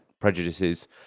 prejudices